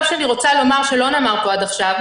אני רוצה לומר פה דבר נוסף שלא נאמר פה עד עכשיו.